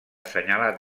senyalat